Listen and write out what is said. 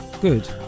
good